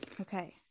Okay